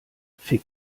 fick